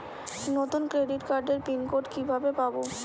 নতুন ক্রেডিট কার্ডের pin code কিভাবে পাব?